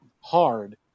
hard